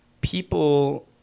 people